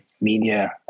media